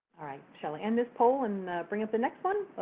all right, i shall end this poll and bring up the next one.